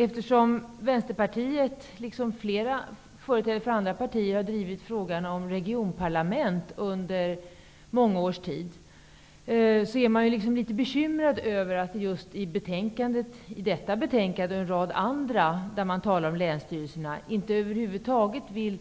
Eftersom Vänsterpartiet liksom flera företrädare för andra partier har drivit frågan om regionparlament under många år, undrar jag litet varför man i just detta betänkande och i en rad andra där man talar om länsstyrelserna över huvud taget inte vill